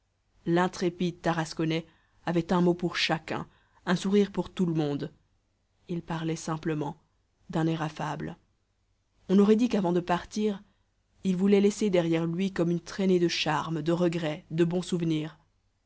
l'intrépide tarasconnais avait un mot pour chacun un sourire pour tout le monde il parlait simplement d'un air affable on aurait dit qu'avant de partir il voulait laisser derrière lui comme une traînée de charme de regrets de bons souvenirs